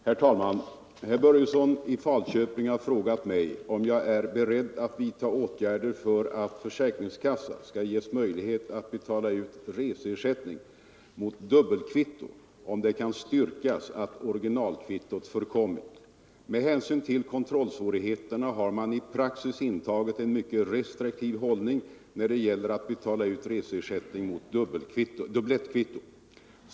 Herr talman! Herr Börjesson i Falköping har frågat mig om jag är beredd att vidta åtgärder för att försäkringskassa skall ges möjlighet att betala ut reseersättning mot dubblettkvitto om det kan styrkas att originalkvittot förkommit. Med hänsyn till kontrollsvårigheterna har man i praxis intagit en mycket restriktiv hållning när det gäller att betala ut reseersättning mot dubblettkvitto.